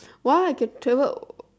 well I can travel